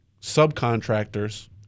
subcontractors